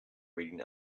reading